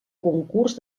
concurs